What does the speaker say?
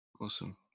Awesome